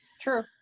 True